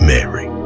Mary